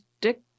dick